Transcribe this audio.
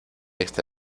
esta